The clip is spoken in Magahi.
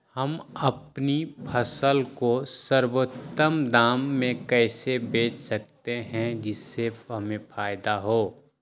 हम अपनी फसल को सर्वोत्तम दाम में कैसे बेच सकते हैं जिससे हमें फायदा हो?